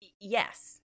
yes